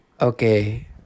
Okay